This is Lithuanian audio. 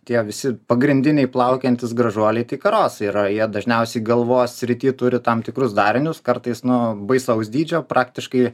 tie visi pagrindiniai plaukiantys gražuoliai karosai yra jie dažniausiai galvos srityje turi tam tikrus darinius kartais nu baisaus dydžio praktiškai